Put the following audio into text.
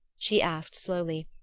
she asked slowly,